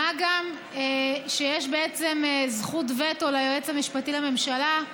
מה גם שיש בעצם זכות וטו ליועץ המשפטי לממשלה,